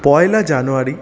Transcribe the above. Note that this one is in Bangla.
পয়লা জানুয়ারি